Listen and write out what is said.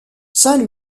saint